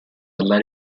alla